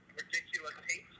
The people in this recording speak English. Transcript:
ridiculous